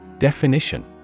Definition